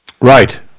Right